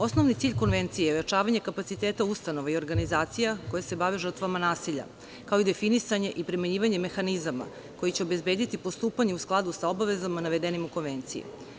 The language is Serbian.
Osnovni cilj Konvencije je pojačavanje kapaciteta ustanova i organizacija koje se bave žrtvama nasilja, kao i definisanje i primenjivanje mehanizama koji će obezbediti postupanje u skladu sa obavezama navedenim u konvenciji.